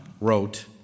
wrote